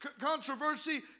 controversy